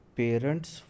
parents